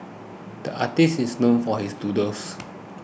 the artist is known for his doodles